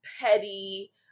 petty